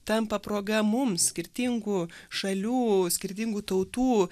tampa proga mums skirtingų šalių skirtingų tautų